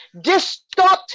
Distort